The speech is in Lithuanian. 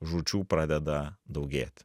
žūčių pradeda daugėti